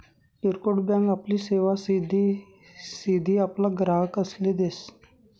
किरकोड बँक आपली सेवा सिधी सिधी आपला ग्राहकसले देस